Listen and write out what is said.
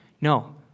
No